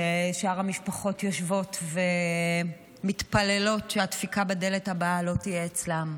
שאר המשפחות יושבות ומתפללות שהדפיקה הבאה בדלת לא תהיה אצלן.